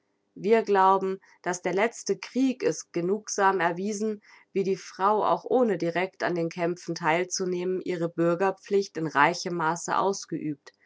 wir glauben daß der letzte krieg es genugsam erwiesen wie die frau auch ohne direct an den kämpfen theil zu nehmen ihre bürgerpflicht in reichem maße ausgeübt